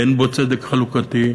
אין בו צדק חלוקתי,